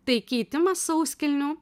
tai keitimas sauskelnių